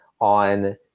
on